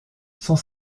cent